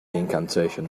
incantation